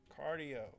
cardio